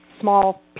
small